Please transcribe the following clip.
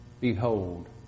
Behold